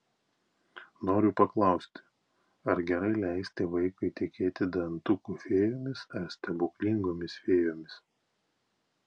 noriu paklausti ar gerai leisti vaikui tikėti dantukų fėjomis ar stebuklingomis fėjomis